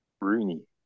Rooney